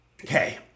Okay